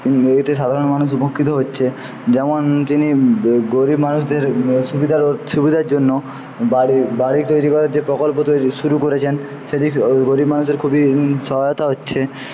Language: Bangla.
এতে সাধারণ মানুষ উপকৃত হচ্ছে যেমন তিনি গরীব মানুষদের সুবিধার সুবিধার জন্য বাড়ি বাড়ি তৈরি করার যে প্রকল্প তৈরি শুরু করেছেন সেটি গরীব মানুষের খুবই সহায়তা হচ্ছে